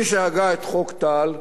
מי שהגה את חוק טל,